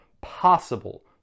possible